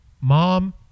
Mom